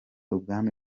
ubwami